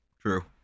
True